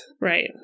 Right